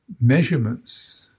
measurements